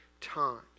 times